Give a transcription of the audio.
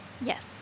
Yes